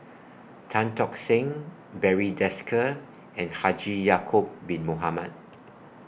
Tan Tock Seng Barry Desker and Haji Ya'Acob Bin Mohamed